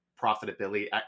profitability